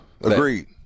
Agreed